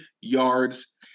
yards